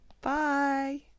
Bye